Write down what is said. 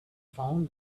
found